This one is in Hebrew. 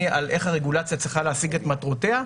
איך הרגולציה צריכה להשיג את מטרותיה,